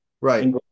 Right